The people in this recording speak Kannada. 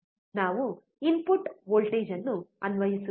ನಾವು ಇನ್ಪುಟ್ ವೋಲ್ಟೇಜ್ ಅನ್ನು ಅನ್ವಯಿಸುತ್ತೇವೆ